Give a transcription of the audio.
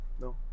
No